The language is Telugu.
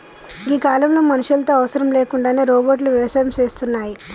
గీ కాలంలో మనుషులతో అవసరం లేకుండానే రోబోట్లు వ్యవసాయం సేస్తున్నాయి